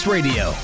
Radio